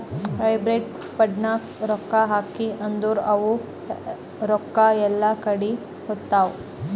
hybrid ಫಂಡ್ನಾಗ್ ರೊಕ್ಕಾ ಹಾಕಿ ಅಂದುರ್ ಅವು ರೊಕ್ಕಾ ಎಲ್ಲಾ ಕಡಿ ಹೋತ್ತಾವ್